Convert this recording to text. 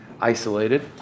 isolated